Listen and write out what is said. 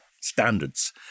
standards